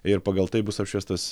ir pagal tai bus apšviestas